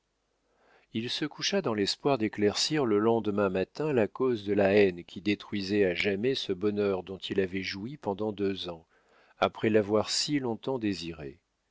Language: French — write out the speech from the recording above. il se coucha dans l'espoir d'éclaircir le lendemain matin la cause de la haine qui détruisait à jamais ce bonheur dont il avait joui pendant deux ans après l'avoir si long-temps désiré